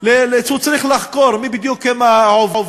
שהוא צריך לחקור מי בדיוק הם העובדים